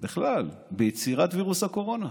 בכלל ביצירת וירוס הקורונה.